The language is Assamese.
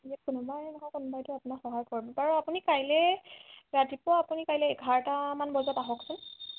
কোনোবাই নহয় কোনোবাইটো আপোনাক সহায় কৰিব বাৰু আপুনি কাইলে ৰাতিপুৱা আপুনি কাইলে এঘাৰটা মান বজাত আহকচোন